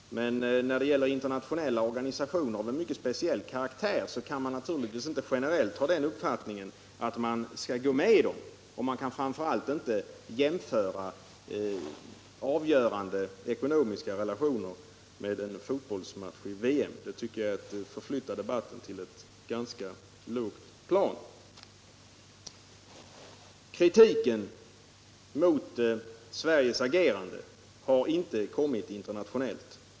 Men när det gäller internationella organisationer av en mycket speciell karaktär kan man inte generellt ha den uppfattningen att man skall gå med. Och framför allt kan man inte jämföra avgörande ekonomiska relationer med en fotbollsmatch i VM. Det tycker jag är att föra ned debatten på ett ganska lågt plan. Någon internationell kritik av särskild styrka har inte förekommit mot Sveriges agerande, sade handelsministern.